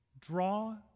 draw